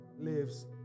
lives